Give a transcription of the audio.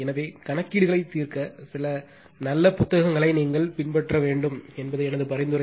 எனவே கணக்கீடுகளை தீர்க்க சில நல்ல புத்தகங்களை நீங்கள் பின்பற்ற வேண்டும் என்பது எனது பரிந்துரை